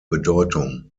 bedeutung